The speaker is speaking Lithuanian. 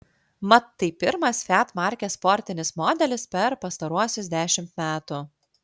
mat tai pirmas fiat markės sportinis modelis per pastaruosius dešimt metų